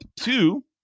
two